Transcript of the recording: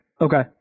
Okay